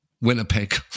Winnipeg